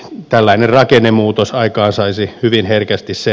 tällainen rakennemuutos aikaansaisi hyvin herkästi se